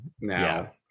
now